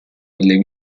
delle